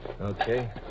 Okay